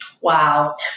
Wow